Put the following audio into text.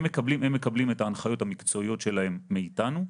הם מקבלים את ההנחיות המקצועיות שלהם מאיתנו,